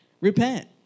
Repent